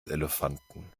elefanten